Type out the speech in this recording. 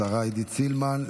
השרה עידית סילמן.